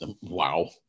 wow